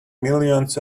millions